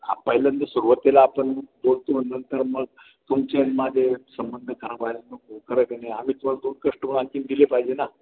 हा पहिल्यांदा सुरुवातीला आपण बोलतो नंतर मग तुमचे आणि माझे संबंध खराब व्हायला नको खरं आहे का नाही आम्ही तुम्हाला दोन कस्टमर दिले पाहिजे ना